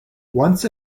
once